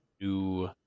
new